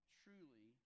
truly